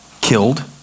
killed